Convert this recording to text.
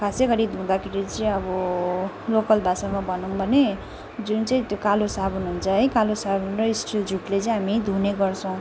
खासै गरी धुधाँखेरि चाहिँ अब लोकल भाषामा भनौँ भने जुन चाहिँ त्यो कालो साबुन हुन्छ है कालो साबुन र स्टिल झुटले चाहिँ हामी धुने गर्छौँ